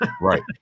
Right